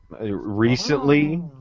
Recently